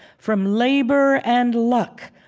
from labor and luck,